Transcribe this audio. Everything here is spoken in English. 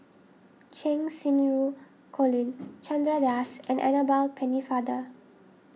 Cheng Xinru Colin Chandra Das and Annabel Pennefather